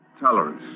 Tolerance